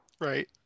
Right